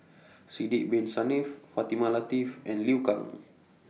Sidek Bin Saniff Fatimah Lateef and Liu Kang